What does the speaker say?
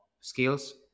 skills